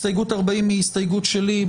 הסתייגות 40 היא הסתייגות שלי,